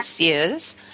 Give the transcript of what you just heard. yes